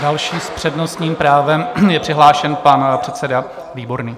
Další s přednostním právem je přihlášen pan předseda Výborný.